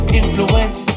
influence